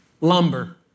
Lumber